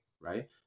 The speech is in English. right